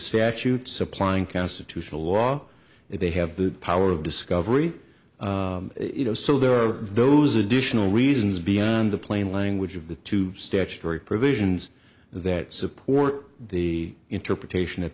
statutes applying constitutional law they have the power of discovery you know so there are those additional reasons beyond the plain language of the two statutory provisions that support the interpretation